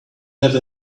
have